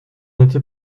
n’était